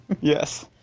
Yes